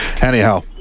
Anyhow